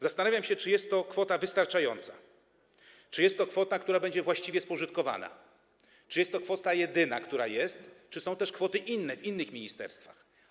Zastanawiam się, czy jest to kwota wystarczająca, czy jest to kwota, która będzie właściwie spożytkowana, czy jest to kwota jedyna, która jest, czy są też inne kwoty w innych ministerstwach?